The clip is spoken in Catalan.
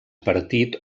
partit